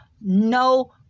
no